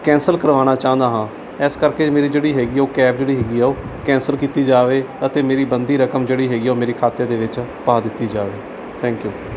cancel ਕਰਵਾਉਣਾ ਚਾਹੁੰਦਾ ਹਾਂ ਇਸ ਕਰਕੇ ਮੇਰੀ ਜਿਹੜੀ ਹੈਗੀ ਹੈ ਉਹ ਕੈਬ ਜਿਹੜੀ ਹੈਗੀ ਆ ਉਹ ਕੈਂਸਲ ਕੀਤੀ ਜਾਵੇ ਅਤੇ ਮੇਰੀ ਬਣਦੀ ਰਕਮ ਜਿਹੜੀ ਹੈਗੀ ਹੈ ਉਹ ਮੇਰੇ ਖਾਤੇ ਦੇ ਵਿੱਚ ਪਾ ਦਿੱਤੀ ਜਾਵੇ ਥੈਂਕ ਯੂ